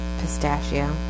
pistachio